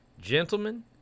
Gentlemen